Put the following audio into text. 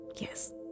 Yes